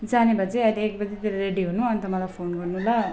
जाने भए चाहिँ आहिले एक बजीतिर रेडी हुनु अन्त मलाई फोन गर्नु ल